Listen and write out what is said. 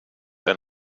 ein